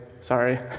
sorry